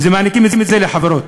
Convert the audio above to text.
ומעניקים את זה לחברות.